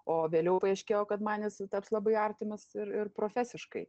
o vėliau paaiškėjo kad man jis taps labai artimas ir ir profesiškai